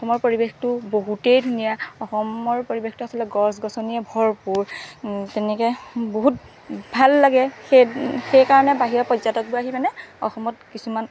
অসমৰ পৰিৱেশটো বহুতেই ধুনীয়া অসমৰ পৰিৱেশটো আচলতে গছ গছনিয়ে ভৰপূৰ তেনেকৈ বহুত ভাল লাগে সেই সেই কাৰণে বাহিৰৰ পৰ্যটকবোৰ আহি মানে অসমত কিছুমান